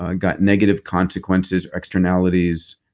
ah got negative consequences, externalities,